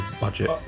budget